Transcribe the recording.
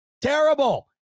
Terrible